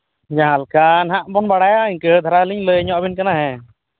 ᱡᱟᱦᱟᱸ ᱞᱮᱠᱟ ᱱᱟᱦᱟᱜ ᱵᱚᱱ ᱵᱟᱲᱟᱭᱟ ᱤᱱᱠᱟᱹ ᱫᱷᱟᱨᱟ ᱜᱮᱞᱤᱧ ᱞᱟᱹᱭ ᱧᱚᱜ ᱟᱹᱵᱤᱱ ᱠᱟᱱᱟ ᱦᱮᱸ